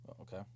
Okay